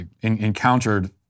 encountered